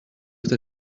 está